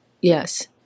yes